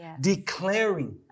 declaring